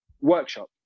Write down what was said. workshop